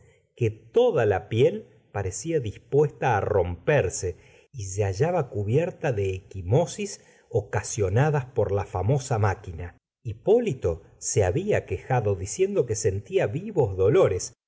que toda la piel par ecía dls puesta á romperse y se hallaba cubierta de er ml m osis ocasionadas por la famosa máquina hipólito se había quejado diciendo que sentía vivos dolores